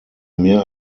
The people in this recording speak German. mehr